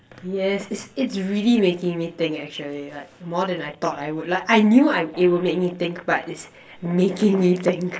yes it's it's really making me think actually like more than I thought I would like I knew it would make me think but it's making me think